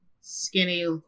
skinny